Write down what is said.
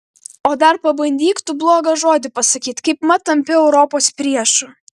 o dar pabandyk tu blogą žodį pasakyti kaipmat tampi europos priešu